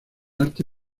arte